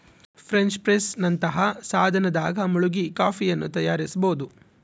French press ನಂತಹ ಸಾಧನದಾಗ ಮುಳುಗಿ ಕಾಫಿಯನ್ನು ತಯಾರಿಸಬೋದು